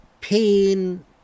pain